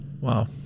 Wow